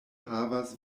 havas